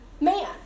man